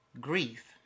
grief